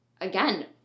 again